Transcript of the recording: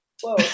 Whoa